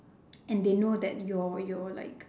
and they know that your your like